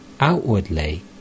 Outwardly